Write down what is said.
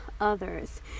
others